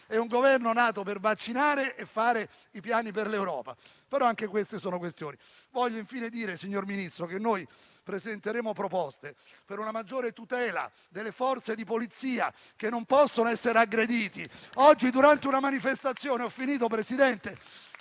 È un Governo nato per vaccinare e per fare i piani per l'Europa; però anche queste sono questioni. Voglio infine dire, signor Ministro, che noi presenteremo delle proposte per una maggiore tutela delle Forze di polizia, che non possono essere aggredite. Oggi durante una manifestazione - ho finito, signor